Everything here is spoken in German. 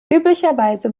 üblicherweise